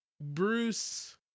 Bruce